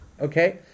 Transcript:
Okay